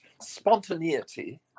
spontaneity